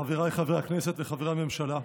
חבריי חברי הכנסת וחברי הממשלה.